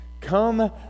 Come